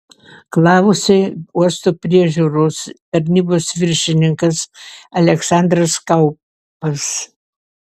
klausė uosto priežiūros tarnybos viršininkas aleksandras kaupas